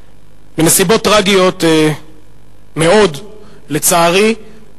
בנסיבות טרגיות מאוד, לצערי,